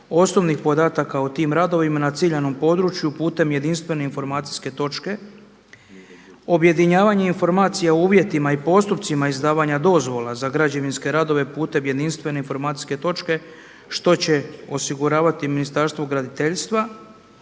osnovnih podataka o tim radovima na ciljanom području putem jedinstvene informacijske točke, objedinjavanje informacija o uvjetima i postupcima izdavanja dozvola za građevinske radove putem jedinstvene informacijske točke što će osiguravati Ministarstvo graditeljstva